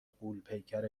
غولپیکر